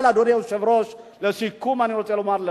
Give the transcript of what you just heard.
אבל, אדוני היושב-ראש, לסיכום, אני רוצה לומר לך,